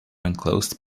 enclosed